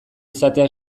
izatea